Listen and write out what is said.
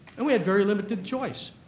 and we had very limited choice